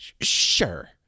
sure